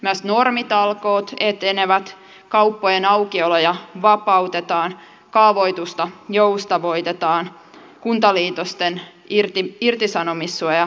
myös normitalkoot etenevät kauppojen aukioloja vapautetaan kaavoitusta joustavoitetaan kuntaliitosten irtisanomissuoja järkeistetään